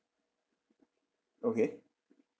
okay